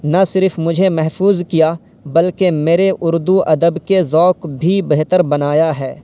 نہ صرف مجھے محفوظ کیا بلکہ میرے اردو ادب کے ذوق بھی بہتر بنایا ہے